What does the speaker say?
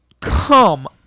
Come